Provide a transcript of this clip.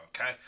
Okay